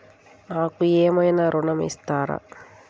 నాకు ఏమైనా ఋణం ఇస్తారా?